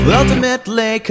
ultimately